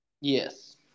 Yes